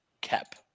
cap